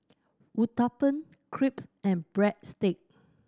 Uthapam Crepe and Breadstick